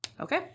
Okay